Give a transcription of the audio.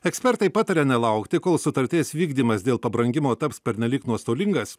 ekspertai pataria nelaukti kol sutarties vykdymas dėl pabrangimo taps pernelyg nuostolingas